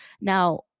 Now